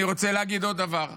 אני רוצה להגיד עוד דבר אחד: